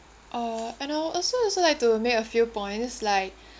uh and I would also also like to make a few point like